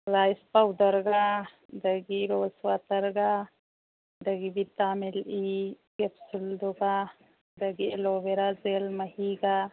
rice ꯄꯥꯎꯗꯔꯒ ꯑꯗꯒꯤ rose ꯋꯥꯇꯔꯒ ꯑꯗꯒꯤ ꯚꯤꯇꯥꯃꯤꯟ ꯏ ꯀꯦꯞꯁꯨꯜꯗꯨꯒ ꯑꯗꯒꯤ ꯑꯦꯂꯣꯚꯦꯔꯥ ꯖꯦꯜ ꯃꯍꯤꯒ